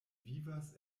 vivas